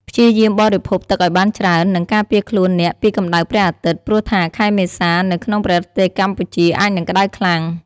ព្យាយាមបរិភោគទឺកឱ្យបានច្រើន និងការពារខ្លួនអ្នកពីកម្ដៅព្រះអាទិត្យ ព្រោះថាខែមេសា នៅក្នុងប្រទេសកម្ពុជា អាចនឹងក្តៅខ្លាំង។